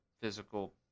physical